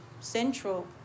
central